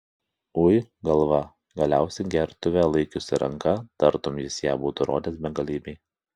ui galva galiausiai gertuvę laikiusi ranka tartum jis ją būtų rodęs begalybei